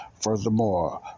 Furthermore